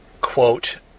quote